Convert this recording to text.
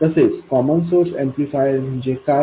तसेच common source amplifier म्हणजे काय